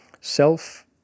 self